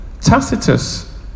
Tacitus